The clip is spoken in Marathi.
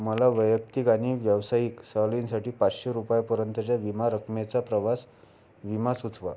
मला वैयक्तिक आणि व्यावसायिक सहलींसाठी पाचशे रुपयापर्यंतच्या विमा रकमेचा प्रवास विमा सुचवा